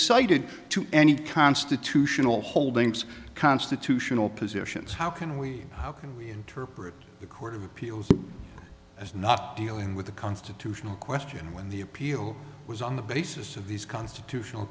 cited to any constitutional holdings constitutional positions how can we how can we interpret the court of appeals as not dealing with the constitutional question when the appeal was on the basis of these constitutional